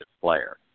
player